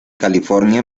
california